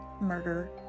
murder